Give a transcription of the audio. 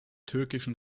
türkischen